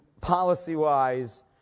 policy-wise